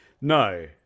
No